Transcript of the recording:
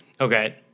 okay